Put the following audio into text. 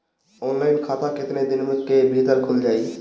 Online खाता केतना दिन के भीतर ख़ुल जाई?